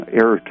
air